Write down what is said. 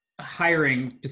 hiring